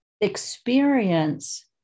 experience